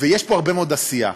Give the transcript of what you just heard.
ויש פה הרבה מאוד עשייה.